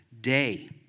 day